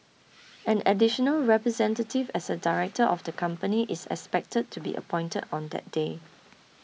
an additional representative as a director of the company is expected to be appointed on that day